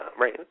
right